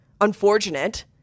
unfortunate